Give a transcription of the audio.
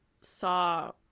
saw